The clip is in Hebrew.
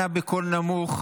אנא, בקול נמוך.